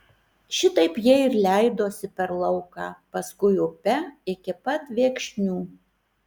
šitaip jie ir leidosi per lauką paskui upe iki pat viekšnių